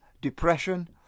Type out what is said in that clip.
depression